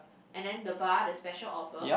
and then the bar the special offer